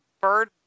bird